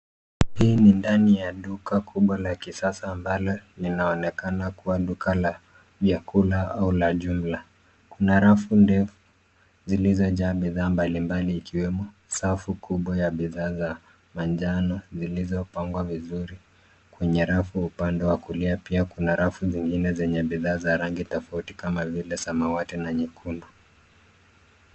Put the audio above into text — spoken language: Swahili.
Hii ni ndani ya duka kubwa la kisasa ambalo linaonekana kuwa duka la vyakula au la jumla. Kuna rafu ndefu zilizojaa bidhaa mbalimbali ikiwemo safu kubwa ya bidhaa za manjano zilizopangwa vizuri kwenye rafu. Upande wa kulia pia kuna rafu zingine zenye bidhaa za rangi tofauti kama vile samawati na nyekundu.